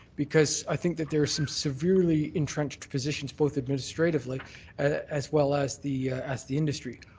because i think that there's some severely entrenched positions both administratively as well as the as the industry.